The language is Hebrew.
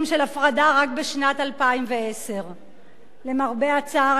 של הפרדה רק בשנת 2010. למרבה הצער,